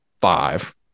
five